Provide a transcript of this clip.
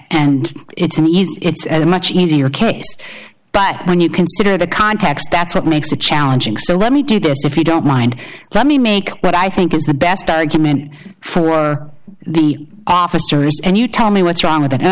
easy it's a much easier case but when you consider the context that's what makes it challenging so let me do this if you don't mind let me make but i think it's the best argument for the officers and you tell me what's wrong with